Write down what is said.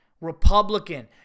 Republican